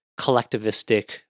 collectivistic